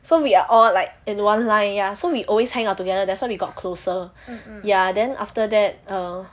so we are all like in one line ya so we always hang out together that's why we got closer ya then after that err